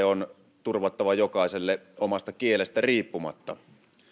on turvattava jokaiselle omasta kielestä riippumatta